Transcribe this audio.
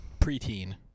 Preteen